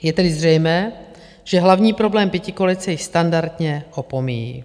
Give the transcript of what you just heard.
Je tedy zřejmé, že hlavní problém pětikoalice již standardně opomíjí.